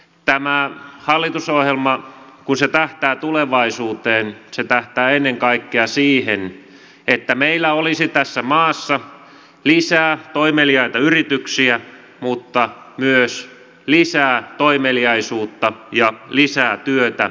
tämä hallitusohjelma kun se tähtää tulevaisuuteen tähtää ennen kaikkea siihen että meillä olisi tässä maassa lisää toimeliaita yrityksiä mutta myös lisää toimeliaisuutta ja lisää työtä